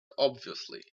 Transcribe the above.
obviously